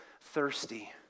thirsty